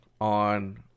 on